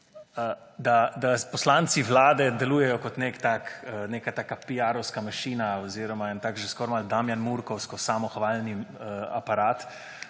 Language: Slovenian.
Da poslanci Vlade delujejo kot neka taka piarovska mašina oziroma en tak že skoraj malo damjanmurkovski samohvalni aparat,